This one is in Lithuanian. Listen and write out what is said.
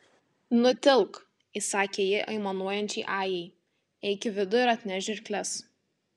nutilk įsakė ji aimanuojančiai ajai eik į vidų ir atnešk žirkles